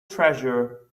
treasure